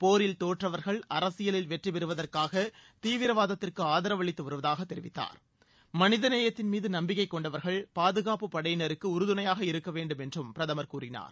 போரில் தோற்றவர்கள் அரசியலில் வெற்றிபெறுவதற்காக தீவிரவாதத்திற்கு ஆதரவு அளித்து வருவதாக தெரிவித்தார் மனிதநேயத்தின்மீது நப்பிக்கைக்கொண்டுள்ள அனைவரும் பாதுகாப்புப்படையினருக்கு உறுதணையாக இருக்க வேண்டும் என்று அவர் கூறினார்